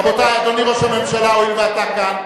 רבותי, אדוני ראש הממשלה, היות שאתה כאן,